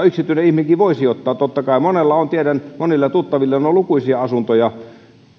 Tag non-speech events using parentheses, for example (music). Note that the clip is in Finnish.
(unintelligible) yksityinen ihminenkin voi sijoittaa totta kai monella on monilla tuttavillanikin on lukuisia asuntoja